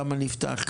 כמה נפתח,